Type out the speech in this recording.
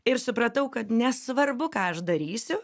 ir supratau kad nesvarbu ką aš darysiu